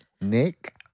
Nick